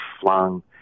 flung